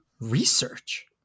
research